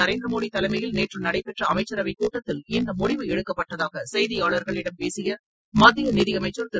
நரேந்திர மோடி தலைமையில் நேற்று நடைபெற்ற அமைச்சரவைக் கூட்டத்தில் இந்த முடிவு எடுக்கப்பட்டதாக செய்தியாளர்களிடம் பேசிய மத்திய நிதியமைச்சர் திரு